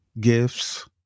gifts